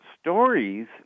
stories